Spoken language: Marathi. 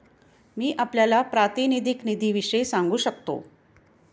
मी आपल्याला प्रातिनिधिक निधीविषयी सांगू शकतो